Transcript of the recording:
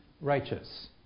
righteous